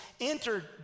entered